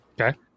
Okay